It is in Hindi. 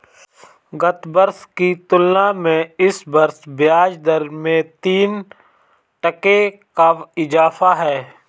गत वर्ष की तुलना में इस वर्ष ब्याजदर में तीन टके का इजाफा है